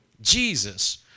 Jesus